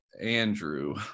Andrew